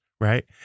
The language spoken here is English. right